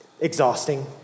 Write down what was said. exhausting